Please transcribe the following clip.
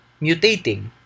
mutating